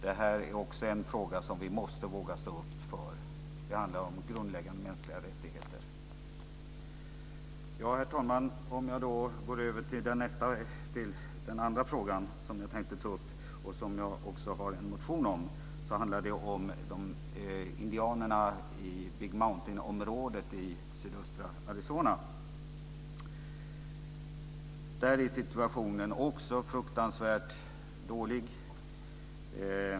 Det här är en fråga som vi måste våga stå upp för. Det handlar om grundläggande mänskliga rättigheter. Herr talman! Jag går då över till den andra fråga jag tänkte ta upp och som jag också har motionerat om. Den handlar om indianerna i Big Mountainområdet i sydöstra Arizona. Där är situationen också fruktansvärt dålig.